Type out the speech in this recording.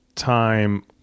time